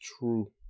true